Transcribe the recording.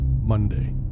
Monday